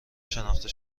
شناخته